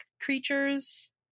creatures